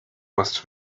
must